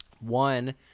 one